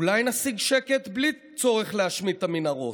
אולי נשיג שקט בלי צורך להשמיד את המנהרות.